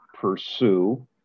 pursue